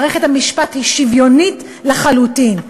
מערכת המשפט שוויונית לחלוטין,